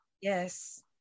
Yes